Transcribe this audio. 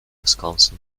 wisconsin